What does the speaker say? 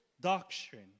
doctrine